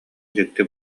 дьикти